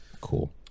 Cool